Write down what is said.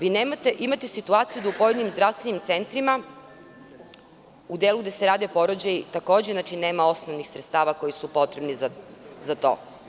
Imate situaciju da u pojedinim zdravstvenim centrima u delu gde se rade porođaji takođe nema osnovnih sredstava koja su potrebna za to.